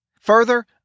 Further